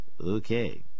Okay